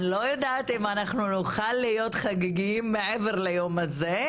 אני לא יודעת אם אנחנו נוכל להיות חגיגיים מעבר ליום הזה.